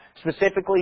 specifically